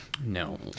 no